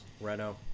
Renault